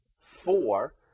four